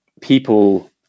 People